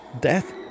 death